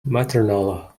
maternal